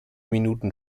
minuten